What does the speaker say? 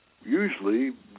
usually